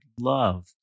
love